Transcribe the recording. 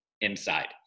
inside